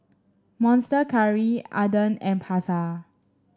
Monster Curry Aden and Pasar